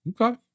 Okay